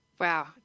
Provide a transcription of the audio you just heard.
Wow